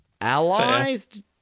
Allies